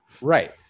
Right